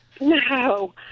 no